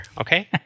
Okay